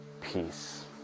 peace